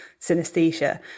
synesthesia